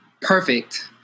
perfect